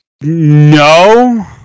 no